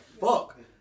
fuck